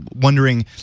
wondering